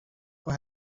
for